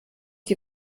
die